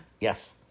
Yes